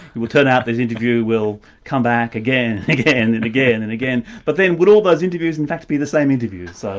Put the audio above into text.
it will turn out this interview will come back again again and again and again. but then, would all those interviews in fact be the same interviews? so